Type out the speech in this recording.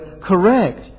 correct